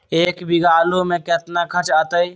एक बीघा आलू में केतना खर्चा अतै?